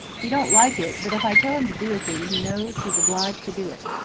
he don't like it, but if i tell him to do a thing he knows he's obliged to do it.